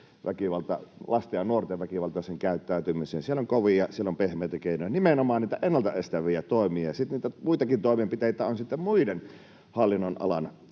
lasten ja nuorten väkivaltaiseen käyttäytymiseen. Siellä on kovia, siellä on pehmeitä keinoja, nimenomaan niitä ennaltaestäviä toimia. Sitten niitä muitakin toimenpiteitä on muiden hallinnonalojen